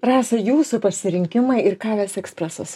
rasa jūsų pasirinkimai ir ką ves ekspresas